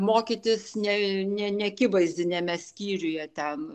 mokytis ne ne neakivaizdiniame skyriuje ten